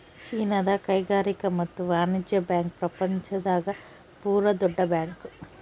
ಚೀನಾದ ಕೈಗಾರಿಕಾ ಮತ್ತು ವಾಣಿಜ್ಯ ಬ್ಯಾಂಕ್ ಪ್ರಪಂಚ ದಾಗ ಪೂರ ದೊಡ್ಡ ಬ್ಯಾಂಕ್